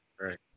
right